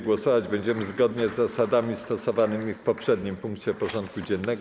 Głosować będziemy zgodnie z zasadami stosowanymi w poprzednim punkcie porządku dziennego.